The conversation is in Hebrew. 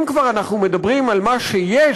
אם כבר אנחנו מדברים על מה שיש